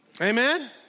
Amen